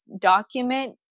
Document